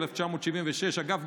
1976. אגב,